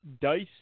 Dice